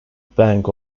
bank